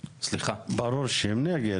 ברור שהם נגד,